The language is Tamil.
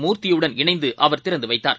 மூர்த்தியுடன் இணைந்துஅவர் திறந்துவைத்தார்